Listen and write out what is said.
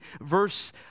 verse